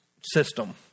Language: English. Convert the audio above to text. system